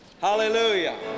Hallelujah